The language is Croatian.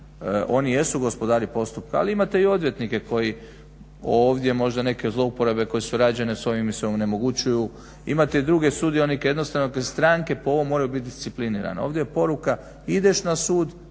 oni jesu gospodari postupka ali imate i odvjetnike koji ovdje možda neke zlouporabe koje su rađene s ovim se onemogućuju. Imate i druge sudionike jednostavno stranke po ovome moraju biti disciplinirane. Ovo je poruka ideš na sud,